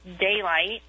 daylight